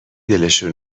دلشون